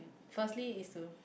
firstly is to